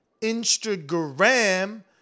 Instagram